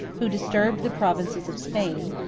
who disturbed the provinces of spain,